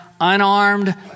unarmed